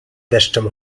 deszczem